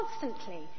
constantly